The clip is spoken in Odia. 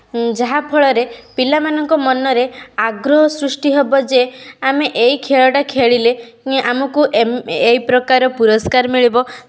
ଯାହା ଫଳରେ ପିଲାମାନଙ୍କ ମନରେ ଆଗ୍ରହ ସୃଷ୍ଟି ହବ ଯେ ଆମେ ଏଇ ଖେଳଟା ଖେଳିଳେ ଆମକୁ ଏଇ ପ୍ରକାର ପୁରସ୍କାର ମିିଳିବ